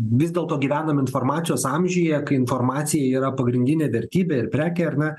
vis dėlto gyvenam informacijos amžiuje kai informacija yra pagrindinė vertybė ir prekė ar ne